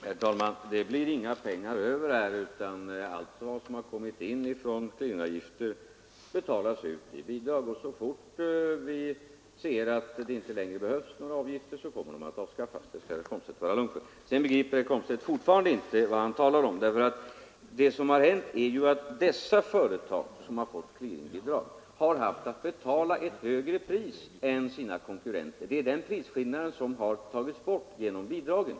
Herr talman! Det blir inga pengar över, utan allt som har kommit in från clearingavgifter betalas ut i bidrag. Så fort vi ser att det inte längre behövs några avgifter kommer de att avskaffas, det kan herr Komstedt vara lugn för. Herr Komstedt begriper fortfarande inte vad han talar om. Det som har hänt är ju att de företag som fått clearingbidrag har haft att betala ett högre pris än sina konkurrenter. Det är den prisskillnaden som har tagits bort genom bidragen.